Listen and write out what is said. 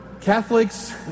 Catholics